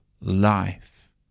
life